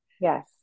Yes